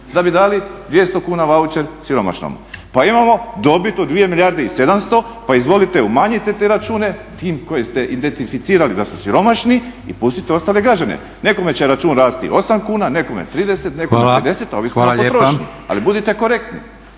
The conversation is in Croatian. da bi dali 200 kuna vaučer siromašnom. Pa imamo dobit od 2 milijarde i 700 pa izvolite umanjite te račune tim koje ste identificirali da su siromašni i pustite ostale građane. Nekome će račun rasti 8 kuna, nekome 30, nekome 50 ovisno o potrošnji.